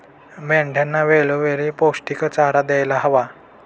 मेंढ्यांना वेळोवेळी पौष्टिक चारा द्यायला हवा